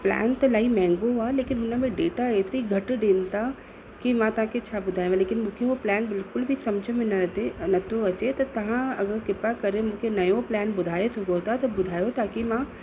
plan त इलाही महांगो आहे लेकिनि हुन में डेटा एतिरी घटि ॾियनि था कि मां तव्हांखे छा ॿुधायांव लेकिनि मूंखे उहो प्लैन बिल्कुलु बि समुझ में न अचे नथो अचे तव्हां अगरि कृपा करे मूंखे नओं प्लैन ॿुधाए सघो था त ॿुधायो ताकि मां